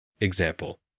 Example